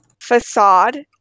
facade